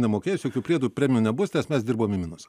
nemokės jokių priedų premijų nebus nes mes dirbom į minusą